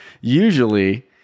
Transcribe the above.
usually